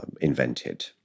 invented